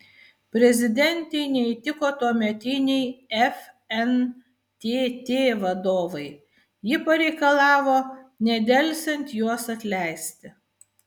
prezidentei neįtiko tuometiniai fntt vadovai ji pareikalavo nedelsiant juos atleisti